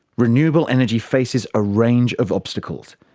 renewable energy faces a range of obstacles,